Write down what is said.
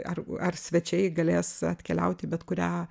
ar ar svečiai galės atkeliauti į bet kurią